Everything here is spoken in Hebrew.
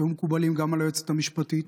שהיו מקובלות גם על היועצת המשפטית,